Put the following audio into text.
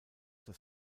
das